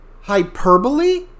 hyperbole